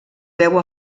veu